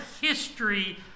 history